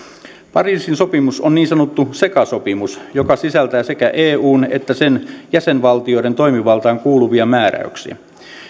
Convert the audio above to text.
pariisin sopimus on niin sanottu sekasopimus joka sisältää sekä eun että sen jäsenvaltioiden toimivaltaan kuuluvia määräyksiä